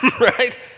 right